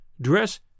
dress